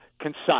concise